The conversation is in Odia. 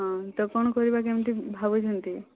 ହଁ ତ କ'ଣ କରିବା କେମିତି ଭାବିଛନ୍ତି